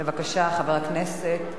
בבקשה, חבר הכנסת פלסנר,